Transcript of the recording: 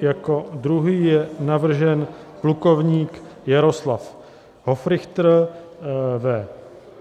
Jako druhý je navržen plukovník Jaroslav Hofrichter ve